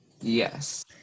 Yes